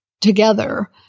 together